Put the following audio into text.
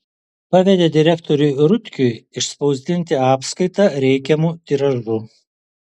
pavedė direktoriui rutkiui išspausdinti apskaitą reikiamu tiražu